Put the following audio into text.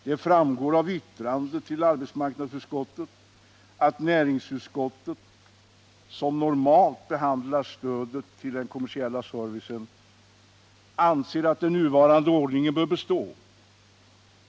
Det framgår av yttrandet till arbetsmarknadsutskottet att näringsutskottet, som normalt behandlar stödet till den kommersiella servicen, anser att den nuvarande ordningen bör bestå.